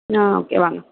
ஆ okay வாங்க